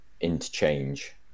interchange